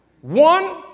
One